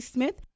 Smith